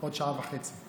עוד שעה וחצי.